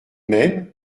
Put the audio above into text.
mêmes